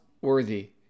worthy